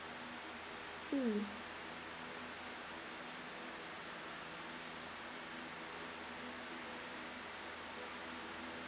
um